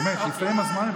הסתיים הזמן.